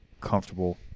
Comfortable